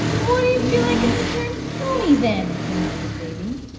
what'll you feel like if the germs kill me then? demanded davy.